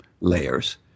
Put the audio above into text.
layers